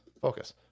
focus